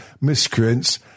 miscreants